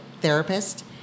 therapist